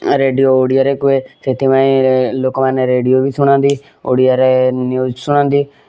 radio ଓଡ଼ିଆରେ କୁହେ ସେଥିପାଇଁ ଲୋକମାନେ ରେଡ଼ିଓ ବି ଶୁଣନ୍ତି ଓଡ଼ିଆରେ ନ୍ଯୁଜ ଶୁଣନ୍ତି